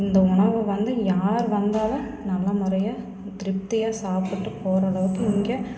இந்த உணவு வந்து யார் வந்தாலும் நல்ல முறையாக திருப்தியாக சாப்பிட்டுப் போகிற அளவுக்கு இங்கே